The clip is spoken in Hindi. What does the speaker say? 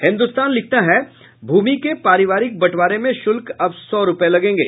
हिन्दुस्तान लिखता है भूमि के पारिवारिक बंटवारे में शुल्क अब सौ रूपये लगेंगे